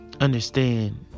understand